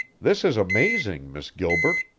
this is amazing, miss gilbert!